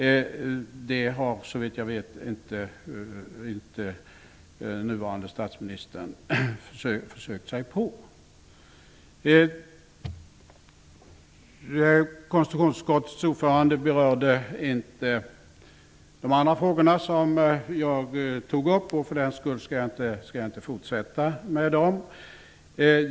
Det har såvitt jag vet inte den nuvarande statsministern försökt sig på. Konstitutionsutskottets ordförande berörde inte de övriga frågor som jag tog upp. För den skull skall jag inte fortsätta att diskutera dem.